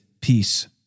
peace